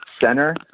center